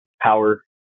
power